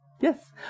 Yes